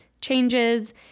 changes